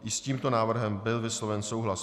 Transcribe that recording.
I s tímto návrhem byl vysloven souhlas.